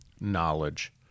knowledge